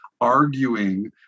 arguing